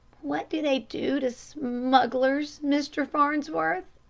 what do they do to smugglers, mr. farnsworth?